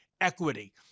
equity